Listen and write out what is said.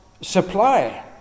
supply